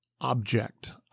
object